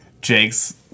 Jake's